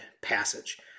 passage